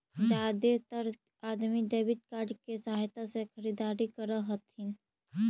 जादेतर अदमी debit card के सहायता से खरीदारी कर हथिन